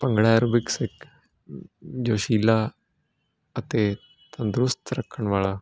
bhangra aerobics ਇੱਕ ਜੋਸ਼ੀਲਾ ਅਤੇ ਤੰਦਰੁਸਤ ਰੱਖਣ ਵਾਲਾ